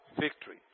Victory